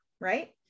right